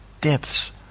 depths